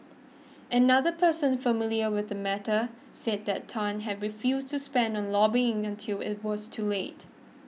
another person familiar with the matter said that Tan had refused to spend on lobbying until it was too late